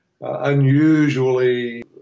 unusually